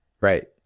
Right